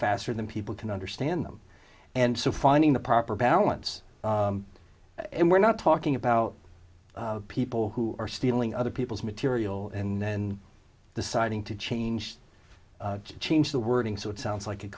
faster than people can understand them and so finding the proper balance and we're not talking about people who are stealing other people's material in deciding to change change the wording so it sounds like it